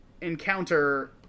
encounter